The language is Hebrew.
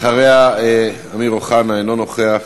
אחריה אמיר אוחנה, אינו נוכח.